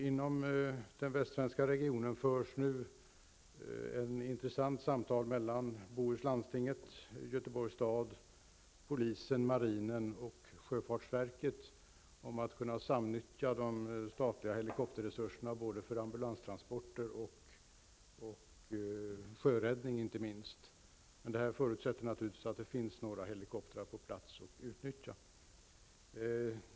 Inom den västsvenska regionen förs nu ett intressant samtal mellan Bohuslandstinget, Göteborgs kommun, polisen, marinen och sjöfartsverket om möjligheterna att samnyttja de statliga helikopterresurserna både för ambulanstransporter och för inte minst sjöräddning. Men detta förutsätter naturligtvis att det finns några helikoptrar på plats att utnyttja.